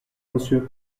monsieur